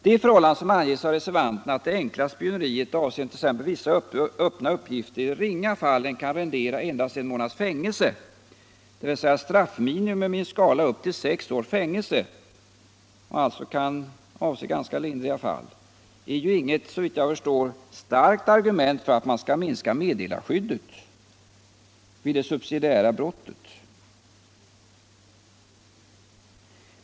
Det förhållande som anges av reservanterna att det enkla spioneriet, avseende t.ex. vissa öppna uppgifter, i de ringa fallen kan rendera endast en månads fängelse — dvs. straffminimum i en skala upp till sex års fängelse — och kan gälla ganska lindriga fall, kan knappast vara ett tillräckligt starkt argument för att man skall minska meddelarskyddet vid det subsidiära brottet.